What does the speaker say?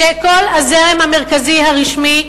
שכל הזרם המרכזי הרשמי,